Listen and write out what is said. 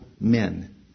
men